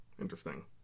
Interesting